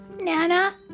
Nana